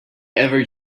ever